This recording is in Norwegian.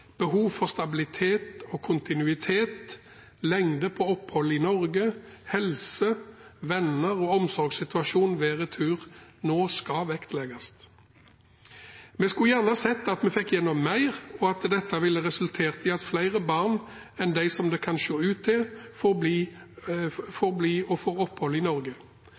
behov for stabilitet og kontinuitet, lengde på opphold i Norge, helse, venner og omsorgssituasjon ved retur nå skal vektlegges. Vi skulle gjerne sett at vi fikk igjennom mer, og at dette ville resultert i at flere barn enn de som det kan se ut til får bli, fikk opphold i Norge.